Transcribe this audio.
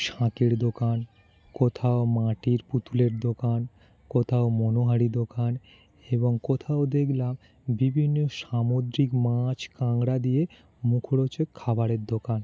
শাঁকের দোকান কোথাও মাটির পুতুলের দোকান কোথাও মনোহারী দোকান এবং কোথাও দেখলাম বিভিন্ন সামদ্রিক মাছ কাঁকড়া দিয়ে মুখরোচক খাবারের দোকান